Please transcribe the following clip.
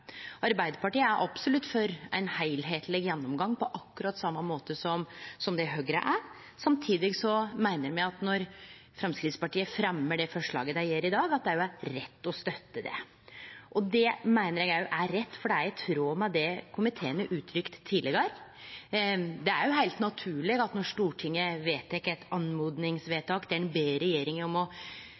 Arbeidarpartiet er absolutt for ein heilskapleg gjennomgang, på akkurat same måten som det Høgre er. Samtidig meiner me at når Framstegspartiet fremjar det forslaget dei gjer i dag, er det rett å støtte det. Det meiner eg er rett fordi det er i tråd med det komiteen har uttrykt tidlegare. Det er jo heilt naturleg når Stortinget gjer eit oppmodingsvedtak der ein ber regjeringa om å